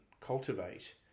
cultivate